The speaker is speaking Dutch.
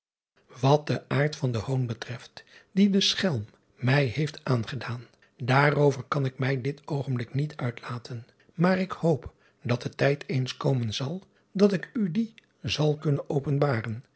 at den aard van den hoon betreft dien de schelm mij heeft aangedaan daar over kan ik mij dit oogenblik niet uitlaten maar ik hoop dat de tijd eens komen zal dat ik u dien zal kunnen openbaren